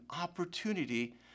opportunity